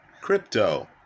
crypto